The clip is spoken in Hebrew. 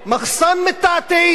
מחסן מטאטאים,